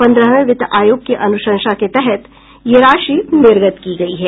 पन्द्रहवें वित्त आयोग की अनुशंसा के तहत यह राशि निर्गत की गयी है